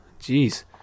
Jeez